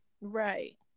Right